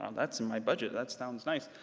um that's in my budget! that sounds nice!